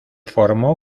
formó